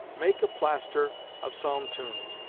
make a plaster of psalm-tunes,